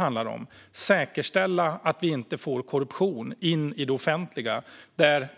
Att säkerställa att vi inte får in korruption i det offentliga är ju egentligen vad detta handlar om.